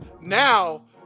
now